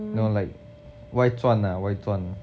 no like 外传啊外传